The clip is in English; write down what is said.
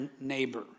neighbor